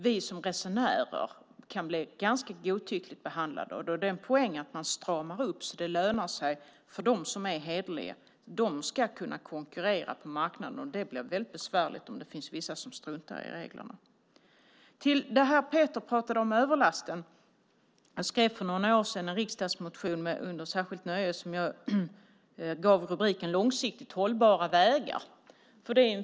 Vi som resenärer kan bli ganska godtyckligt behandlade. Då är det en poäng att man stramar upp så att det lönar sig för dem som är hederliga. De ska kunna konkurrera på marknaden, och det blir väldigt besvärligt om det finns vissa som struntar i reglerna. Peter pratade om överlaster. Jag skrev med särskilt nöje för några år sedan en riksdagsmotion som jag gav rubriken Långsiktigt hållbara vägar.